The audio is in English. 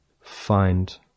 find